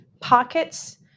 pockets